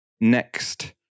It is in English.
Next